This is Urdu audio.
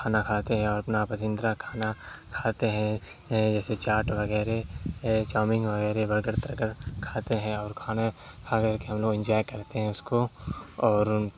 کھانا کھاتے ہیں اور اپنا پسندیدہ کھانا کھاتے ہیں ہیں جیسے چاٹ وغیرہ چاؤمین وغیرہ برگر ترگر کھاتے ہیں اور کھانا کھا کر کے ہم لوگ انجوائے کرتے ہیں اس کو اور